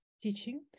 teaching